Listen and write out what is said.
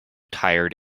tired